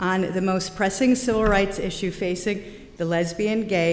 on the most pressing civil rights issue facing the lesbian gay